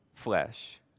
flesh